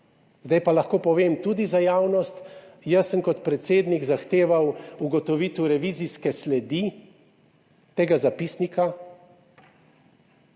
Zdaj pa lahko povem tudi za javnost, jaz sem kot predsednik zahteval ugotovitev revizijske sledi tega zapisnika.